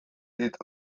ditut